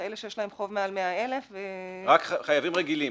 את אלה שיש להם חוב מעל 100,000. רק חייבים רגילים,